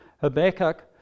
Habakkuk